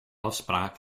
afspraak